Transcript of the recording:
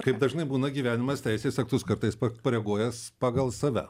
kaip dažnai būna gyvenimas teisės aktus kartais koreguojas pagal save